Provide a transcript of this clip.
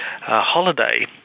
holiday